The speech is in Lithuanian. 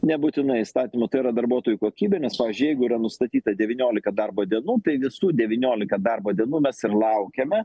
nebūtinai įstatymu tai yra darbuotojų kokybė nes pavyzdžiui jeigu yra nustatyta devyniolika darbo dienų tai visų devyniolika darbo dienų mes ir laukiame